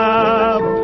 up